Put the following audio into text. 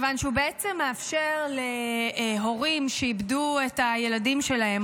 מכיוון שהוא בעצם מאפשר להורים שאיבדו את הילדים שלהם,